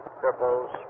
cripples